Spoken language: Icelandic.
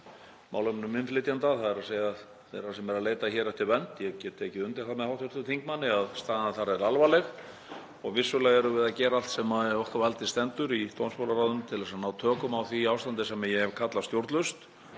málefnum innflytjenda, þ.e. þeirra sem eru að leita hér eftir vernd. Ég get tekið undir það með hv. þingmanni að staðan þar er alvarleg og vissulega erum við að gera allt sem í okkar valdi stendur í dómsmálaráðuneytinu til að ná tökum á því ástandi sem ég hef kallað stjórnlaust.